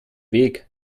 weg